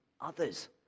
others